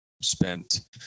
spent